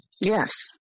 Yes